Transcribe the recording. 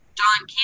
John